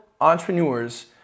entrepreneurs